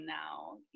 now